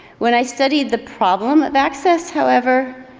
when i studied the problem of access, however,